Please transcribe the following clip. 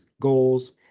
goals